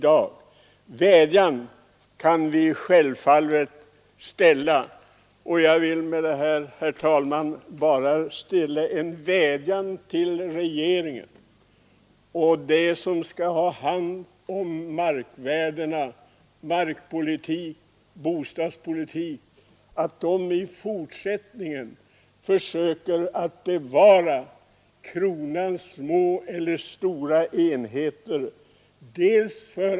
Men vädja kan vi självfallet göra, och jag vill, herr talman, bara framföra en vädjan till regeringen att de som skall ha hand om markpolitik, bostadspolitik osv. i fortsättningen försöker att bevara kronans små och stora enheter.